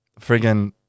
friggin